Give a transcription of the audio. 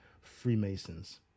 Freemasons